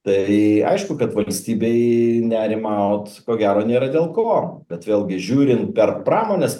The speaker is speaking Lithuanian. tai aišku kad valstybei nerimaut ko gero nėra dėl ko bet vėlgi žiūrint per pramonės